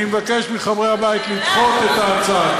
אני מבקש מחברי הבית לדחות את ההצעה.